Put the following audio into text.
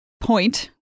point